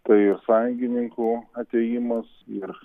tai ir sąjungininkų atėjimas ir